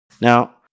Now